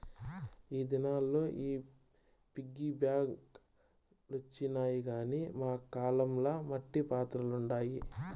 ఈ దినాల్ల ఈ పిగ్గీ బాంక్ లొచ్చినాయి గానీ మా కాలం ల మట్టి పాత్రలుండాయి